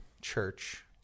church